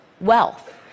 wealth